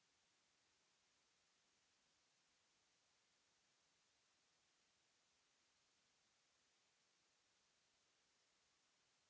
...